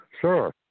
Sure